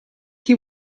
chi